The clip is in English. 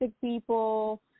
people